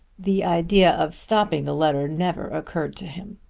the idea of stopping the letter never occurred to him.